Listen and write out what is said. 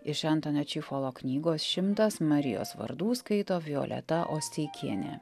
iš entonio čifolo knygos šimtas marijos vardų skaito violeta osteikienė